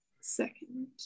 second